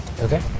Okay